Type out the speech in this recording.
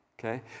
Okay